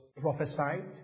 prophesied